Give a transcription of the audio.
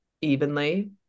evenly